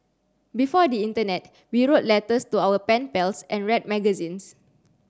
before the internet we wrote letters to our pen pals and read magazines